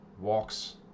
walks